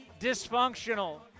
Dysfunctional